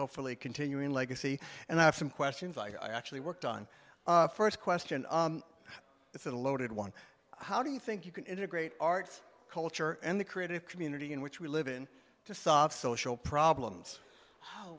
hopefully continuing legacy and i have some questions like i actually worked on first question it's a loaded one how do you think you can integrate art culture and the creative community in which we live in to solve social problems oh